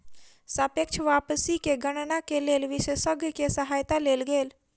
सापेक्ष वापसी के गणना के लेल विशेषज्ञ के सहायता लेल गेल